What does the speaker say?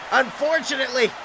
unfortunately